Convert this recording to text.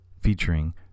featuring